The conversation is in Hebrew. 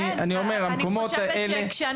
אני חושבת שזה